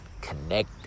Connect